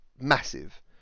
massive